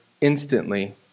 instantly